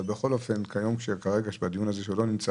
אבל כרגע בדיון הזה הוא לא נמצא.